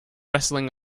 wrestling